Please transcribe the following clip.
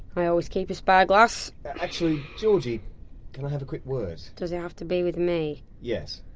i always keep a spare glass. actually, georgie can i have a quick word? does it have to be with me? yes.